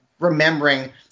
remembering